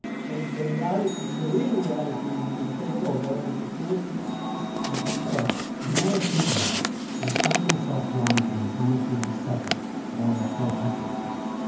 so the reality, the real reality will be take over and the truth will be in control the more i think about it, i find myself drawn to amos' second, more proactive, path.